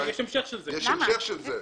יש המשך של זה.